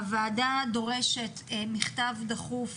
הוועדה דורשת מכתב דחוף